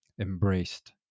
embraced